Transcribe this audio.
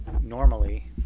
normally